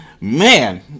man